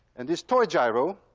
and this toy gyro